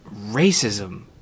racism